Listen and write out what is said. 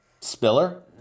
Spiller